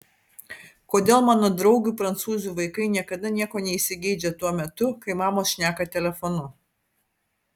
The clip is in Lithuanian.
kodėl mano draugių prancūzių vaikai niekada nieko neįsigeidžia tuo metu kai mamos šneka telefonu